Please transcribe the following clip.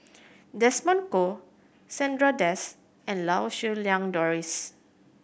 Desmond Kon Chandra Das and Lau Siew Lang Doris